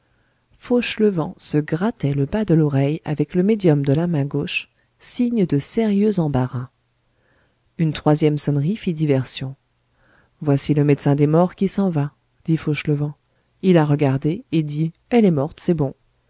fauchelevent se grattait le bas de l'oreille avec le médium de la main gauche signe de sérieux embarras une troisième sonnerie fit diversion voici le médecin des morts qui s'en va dit fauchelevent il a regardé et dit elle est morte c'est bon